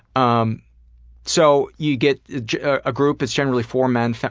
um so, you get a group, it's generally four men,